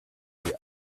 die